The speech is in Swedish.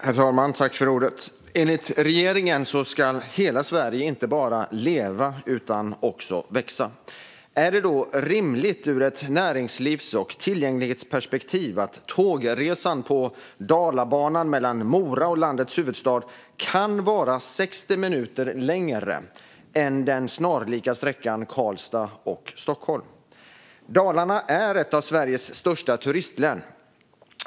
Herr talman! Enligt regeringen ska hela Sverige inte bara leva utan också växa. Är det då rimligt ur ett näringslivs och tillgänglighetsperspektiv att tågresan på Dalabanan mellan Mora och landets huvudstad kan vara 60 minuter längre än den snarlika sträckan Karlstad-Stockholm? Dalarna är ett av Sveriges största turistlän.